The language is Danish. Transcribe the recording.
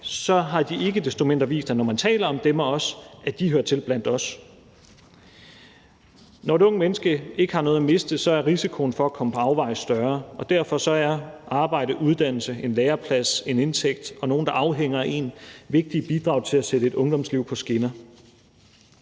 og os, ikke desto mindre vist, at de hører til blandt os. Når et ungt menneske ikke har noget at miste, er risikoen for at komme på afveje større, og derfor er arbejde, uddannelse, en læreplads, en indtægt og nogle, der afhænger af en, vigtige bidrag til at sætte et ungdomsliv på skinner.